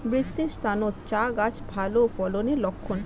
বৃষ্টিস্নাত চা গাছ ভালো ফলনের লক্ষন